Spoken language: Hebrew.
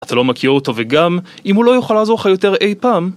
אתה לא מכיר אותו וגם אם הוא לא יוכל לעזור לך יותר אי פעם